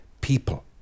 people